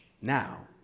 now